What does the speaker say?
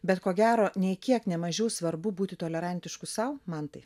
bet ko gero nei kiek ne mažiau svarbu būti tolerantišku sau mantai